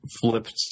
flipped